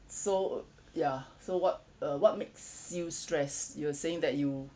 so ya so what uh what makes you stress you were saying that you